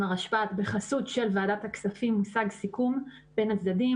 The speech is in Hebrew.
הרשפ"ת בחסות ועדת הכספים הושג סיכום בין הצדדים.